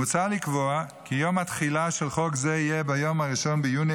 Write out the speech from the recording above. מוצע לקבוע כי יום התחילה של חוק זה יהיה ביום 1 ביוני